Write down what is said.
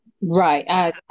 Right